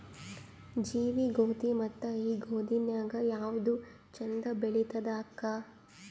ಜವಿ ಗೋಧಿ ಮತ್ತ ಈ ಗೋಧಿ ನ್ಯಾಗ ಯಾವ್ದು ಛಂದ ಬೆಳಿತದ ಅಕ್ಕಾ?